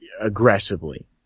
aggressively